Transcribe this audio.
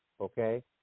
Okay